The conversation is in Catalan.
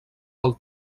del